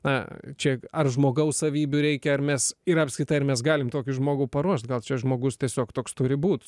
na čia ar žmogaus savybių reikia ar mes ir apskritai ar mes galim tokį žmogų paruošt gal čia žmogus tiesiog toks turi būt